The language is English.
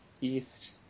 east